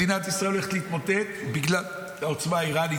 מדינת ישראל הולך להתמוטט בגלל העוצמה האיראנית,